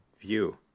view